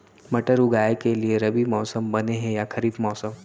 मटर उगाए के लिए रबि मौसम बने हे या खरीफ मौसम?